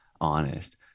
honest